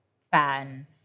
fan